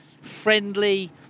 Friendly